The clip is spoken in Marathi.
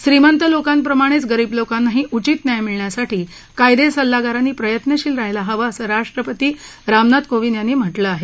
श्रीमंत लोकांप्रमाणेच गरीब लोकांनाही उचित न्याय मिळण्यासाठी कायदे सल्लागारांनी प्रयत्नशील रहायला हवं असं राष्ट्रपती रामनाथ कोविंद यांनी म्हटल आहे